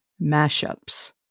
mashups